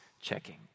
checking